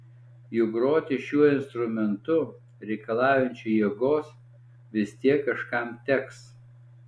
juk groti šiuo instrumentu reikalaujančiu jėgos vis tiek kažkam teks